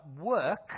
work